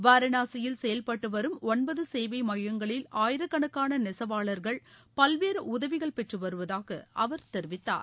வாரனாசியில் செயல்பட்டு வரும் ஒன்பது சேவை எமயங்களில் ஆயிரக்கணக்கான நெசவாளர்கள் பல்வேறு உதவிகள் பெற்று வருவதாக அவர் தெரிவித்தார்